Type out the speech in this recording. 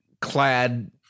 clad